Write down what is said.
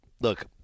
look